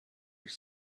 were